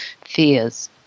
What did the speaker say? fears